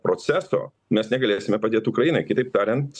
proceso mes negalėsime padėt ukraina kitaip tariant